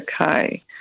okay